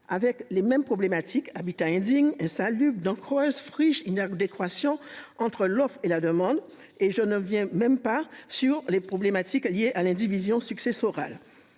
avec les mêmes problématiques habitat indigne s'dans creuses friche il n'adéquation entre l'offre et la demande et je ne reviens même pas sur les problématiques liées à l'indivision successorale.